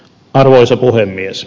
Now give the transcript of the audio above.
arvoisa puhemies